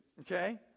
okay